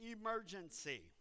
emergency